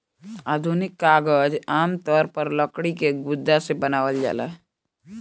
आधुनिक कागज आमतौर पर लकड़ी के गुदा से बनावल जाला